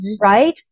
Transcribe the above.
right